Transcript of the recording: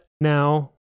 now